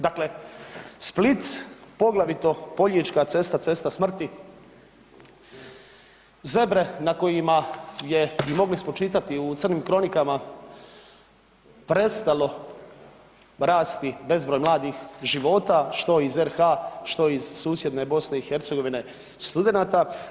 Dakle, Split, poglavito Poljička cesta, cesta smrti, zebre na kojima je, mogli smo čitati u Crnim kronikama, prestalo rasti bezbroj mladih života, što iz RH, što iz susjedne BiH studenata.